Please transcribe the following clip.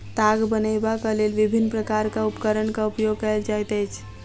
ताग बनयबाक लेल विभिन्न प्रकारक उपकरणक उपयोग कयल जाइत अछि